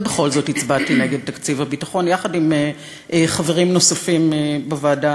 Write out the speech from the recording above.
ובכל זאת הצבעתי נגד תקציב הביטחון יחד עם חברים נוספים בוועדה